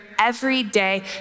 everyday